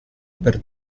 per